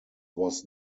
was